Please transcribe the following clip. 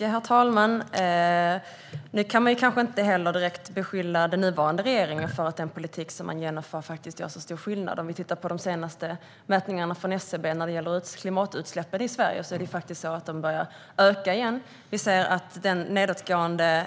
Herr talman! Man kan inte direkt beskylla den nuvarande regeringen för att genomföra en politik som gör så stor skillnad. Om vi tittar på de senaste mätningarna från SCB när det gäller klimatutsläppen i Sverige ser vi att dessa börjar öka igen. Vi ser också att den nedåtgående